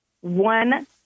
one